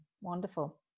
wonderful